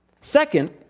Second